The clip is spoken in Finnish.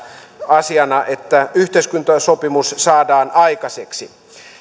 asiana että yhteiskuntasopimus saadaan aikaiseksi herra